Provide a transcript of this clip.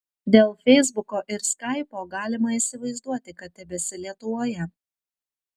dėl feisbuko ir skaipo galima įsivaizduoti kad tebesi lietuvoje